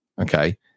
okay